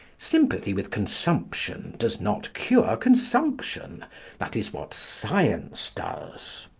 sympathy with consumption does not cure consumption that is what science does.